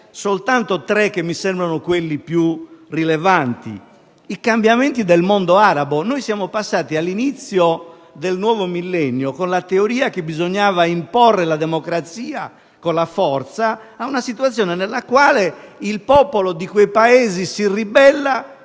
soltanto tre, che mi sembrano quelli più rilevanti. Penso innanzitutto ai cambiamenti nel mondo arabo. Siamo passati, all'inizio del nuovo millennio, dalla teoria che bisognava imporre la democrazia con la forza a una situazione nella quale il popolo di quei Paesi si ribella